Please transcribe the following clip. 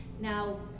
Now